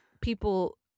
People